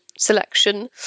selection